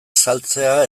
saltzea